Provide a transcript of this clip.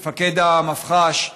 למפקד המתפ"ש,